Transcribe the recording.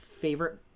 favorite